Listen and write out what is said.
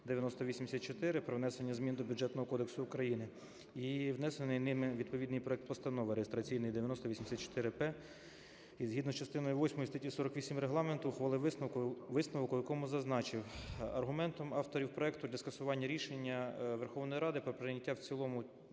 9084 про внесення змін до Бюджетного кодексу України, і внесений ними відповідний проект Постанови реєстраційний 9084-П. І згідно з частиною 8 статті 48 Регламенту ухвалив висновок, у якому зазначив: аргументом авторів проекту для скасування рішення Верховної Ради про прийняття в цілому